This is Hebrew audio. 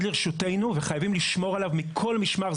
לרשותנו וחייבים לשמור עליו מכל משמר.